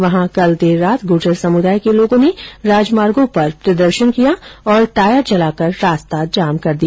वहां कल देर रात गुर्जर समुदाय के लोगों ने राजमार्गो पर प्रदर्शन किया और टायर जलाकर रास्ता जाम कर दिया